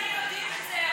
אתה ואני יודעים את זה,